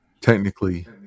Technically